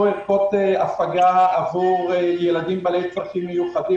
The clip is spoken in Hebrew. ערכות הפגה עבור ילדים בעלי צרכים מיוחדים.